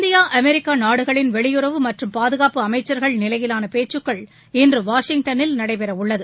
India America நாடுகளின் வெளியுறவு மற்றும் பாதுகாப்பு அமைச்சர்கள் நிலையிலான பேச்சுக்கள் இன்று வாஷிங்டனில் நடைபெறவுள்ளது